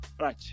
Right